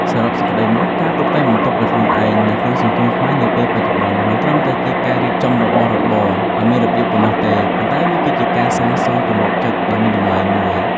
សរុបសេចក្ដីមក ការតុបតែងបន្ទប់ដោយខ្លួនឯងនៅក្នុងសង្គមខ្មែរនាពេលបច្ចុប្បន្ន មិនត្រឹមតែជាការរៀបចំរបស់របរឱ្យមានរបៀបប៉ុណ្ណោះទេ ប៉ុន្តែវាគឺជាការសាងសង់ជម្រកផ្លូវចិត្តដ៏មានតម្លៃមួយ។